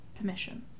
permission